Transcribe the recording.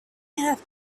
have